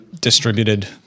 Distributed